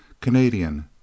Canadian